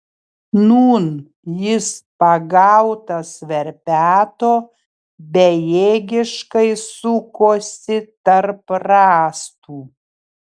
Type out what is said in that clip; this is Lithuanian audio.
nūn jis pagautas verpeto bejėgiškai sukosi tarp rąstų